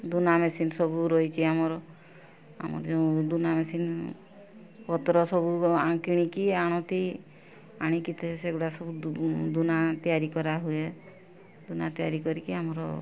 ଦନା ମେସିନ୍ ସବୁ ରହିଛି ଆମର ଆମର ଦନା ମେସିନ୍ ପତ୍ର ସବୁ କିଣିକି ଆଣନ୍ତି ଆଣିକି ତେ ସେଗୁଡ଼ା ସବୁ ଦନା ତିଆରି କରାହୁଏ ଦନା ତିଆରି କରିକି ଆମର